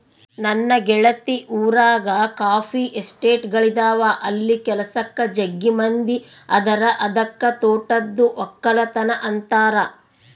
ನನ್ನ ಗೆಳತಿ ಊರಗ ಕಾಫಿ ಎಸ್ಟೇಟ್ಗಳಿದವ ಅಲ್ಲಿ ಕೆಲಸಕ್ಕ ಜಗ್ಗಿ ಮಂದಿ ಅದರ ಅದಕ್ಕ ತೋಟದ್ದು ವಕ್ಕಲತನ ಅಂತಾರ